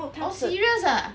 oh serious ah